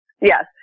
Yes